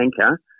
anchor